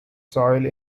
soil